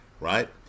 right